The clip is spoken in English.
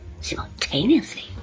simultaneously